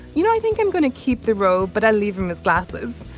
you know i think i'm going to keep the road but i'll leave him with glasses.